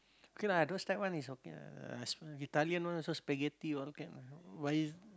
K lah those type one is okay lah sp~ Italian one also spaghetti all can but if